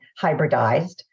hybridized